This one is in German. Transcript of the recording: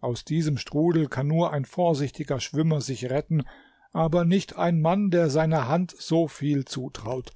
aus diesem strudel kann nur ein vorsichtiger schwimmer sich retten aber nicht ein mann der seiner hand so viel zutraut